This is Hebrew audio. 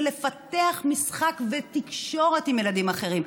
ולפתח משחק ותקשורת עם ילדים אחרים.